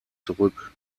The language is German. zurück